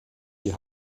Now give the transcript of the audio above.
die